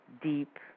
deep